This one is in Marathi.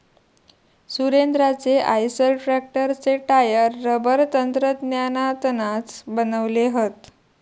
सुरेंद्राचे आईसर ट्रॅक्टरचे टायर रबर तंत्रज्ञानातनाच बनवले हत